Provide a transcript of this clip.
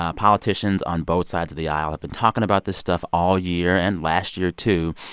ah politicians on both sides of the aisle have been talking about this stuff all year and last year, too.